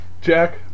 Jack